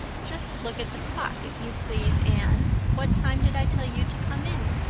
just look at the clock, if you please, anne. what time did i tell you to come in?